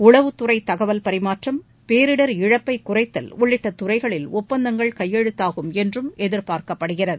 உளவுத்துறை தகவல் பரிமாற்றம் பேரிடர் இழப்பை குறைத்தல் உள்ளிட்ட துறைகளில் ஒப்பந்தங்கள் கையெழுத்தாகும் என்றும் எதிர்பார்க்கப்படுகிறது